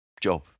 job